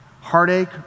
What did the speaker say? heartache